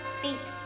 feet